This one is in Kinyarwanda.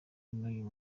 n’uyu